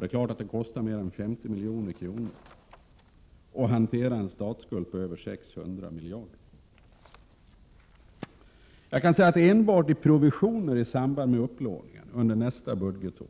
Det är klart att det kostar mer än 50 miljoner att hantera en statsskuld på över 600 miljarder. Enbart i provisioner i samband med upplåningen under nästa budgetår